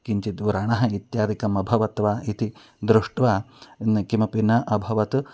किञ्चित् व्रणः इत्यादिकम् अभवत् वा इति दृष्ट्वा किमपि न अभवत्